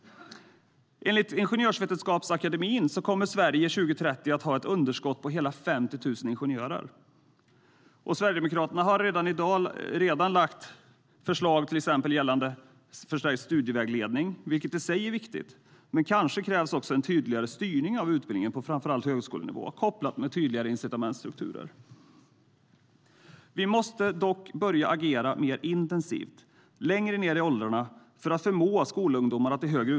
Sverigedemokraterna har redan lagt förslag om förstärkningar gällande studievägledning, vilket i sig är viktigt, men kanske krävs också en tydligare styrning av utbildningarna på framför allt högskolenivå kopplat till tydligare incitamentsstrukturer.